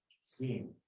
scheme